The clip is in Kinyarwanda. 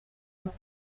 uruhu